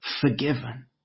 forgiven